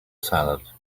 salad